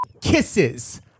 Kisses